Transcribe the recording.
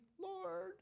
Lord